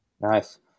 Nice